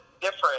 different